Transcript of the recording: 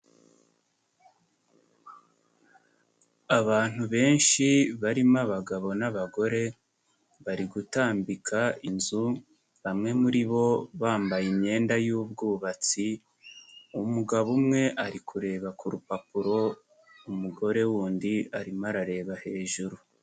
Abantu benshi barimo abagabo n'abagore, bari gutambika inzu bamwe muribo bambaye imyenda y'ubwubatsi, umugabo umwe ari kureba ku rupapuro, umugore w'undi arimo arareba hejuru.